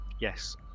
Yes